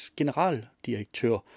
generaldirektør